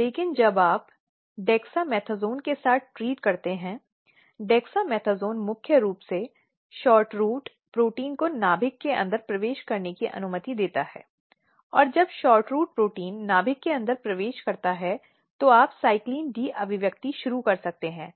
लेकिन जब आप डेक्सामेथासोन के साथ ट्रीट करते हैं डेक्सामेथासोन मूल रूप से SHORTROOT प्रोटीन को नाभिक के अंदर प्रवेश करने की अनुमति देता है और जब SHORTROOT प्रोटीन नाभिक के अंदर प्रवेश करता है तो आप CYCLIN D अभिव्यक्ति शुरू कर सकते हैं